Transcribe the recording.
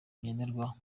ngenderwaho